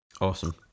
Awesome